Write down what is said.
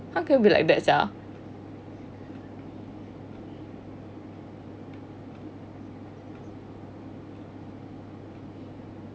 how can be like that sia